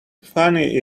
funny